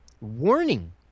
warning